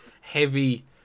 heavy